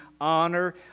honor